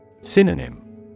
Synonym